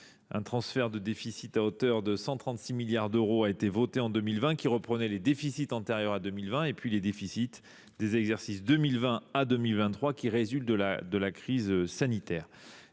Un transfert de déficit à hauteur de 136 milliards d’euros a été voté en 2020 ; il reprenait les déficits antérieurs, ainsi que les déficits des exercices 2020 à 2023 résultant de la crise sanitaire.